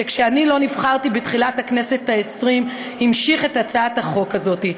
שכשאני לא נבחרתי בתחילת הכנסת ה-20 המשיך את הצעת החוק הזאת,